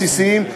בסיסיים,